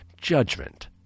judgment